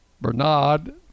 Bernard